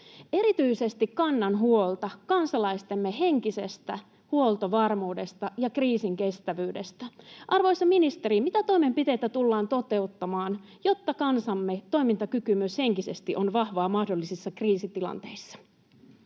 Erityisesti kannan huolta kansalaistemme henkisestä huoltovarmuudesta ja kriisinkestävyydestä. Arvoisa ministeri, mitä toimenpiteitä tullaan toteuttamaan, jotta kansamme toimintakyky myös henkisesti on vahvaa mahdollisissa kriisitilanteissa?